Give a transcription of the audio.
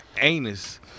anus